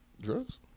Drugs